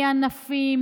ענפים,